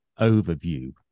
overview